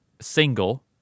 Single